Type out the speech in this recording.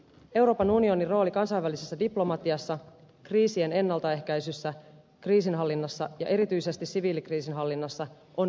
euroopan unionin rooli kansainvälisessä diplomatiassa kriisien ennaltaehkäisyssä kriisinhallinnassa ja erityisesti siviilikriisinhallinnassa on vahvistumassa